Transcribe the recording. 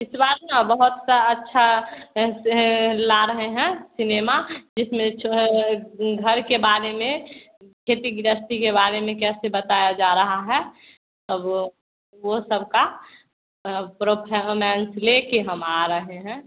इस बार न बहुत सा अच्छा से ला रहे हैं सिनेमा जिसमें जो है घर के बारे में खेती गृहस्थी के बारे में कैसे बताया जा रहा है अब वह सबका प्रोफॉरमेंस लेकर हम आ रहे हैं